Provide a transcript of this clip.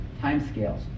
timescales